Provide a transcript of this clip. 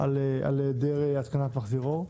על היעדר התקנת מחזיר אור.